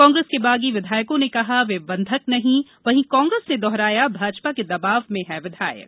कांग्रेस के बागी विधायकों ने कहा वे बंधक नहीं वहीं कांग्रेस ने दोहराया भाजपा के दबाव में हैं विधायक